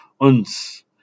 uns